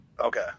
Okay